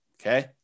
okay